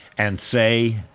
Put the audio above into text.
and say,